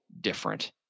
different